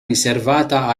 riservata